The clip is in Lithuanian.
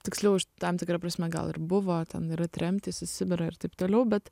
tiksliau iš tam tikra prasme gal ir buvo ten yra tremtys į sibirą ir taip toliau bet